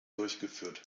durchgeführt